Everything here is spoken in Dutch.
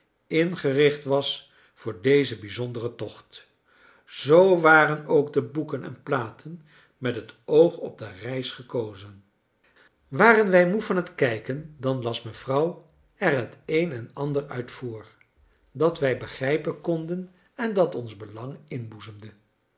ingericht was voor dezen bijzonderen tocht zoo waren ook de boeken en platen met het oog op de reis gekozen waren wij moe van het kijken dan las mevrouw er het een en ander uit voor dat wij begrijpen konden en dat ons belang